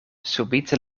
subite